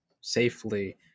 safely